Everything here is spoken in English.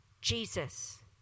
jesus